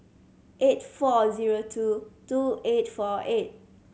eight four zero two two eight four eight